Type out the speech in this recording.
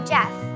Jeff